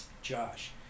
Josh